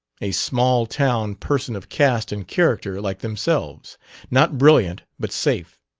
a small town person of caste and character like themselves not brilliant, but safe.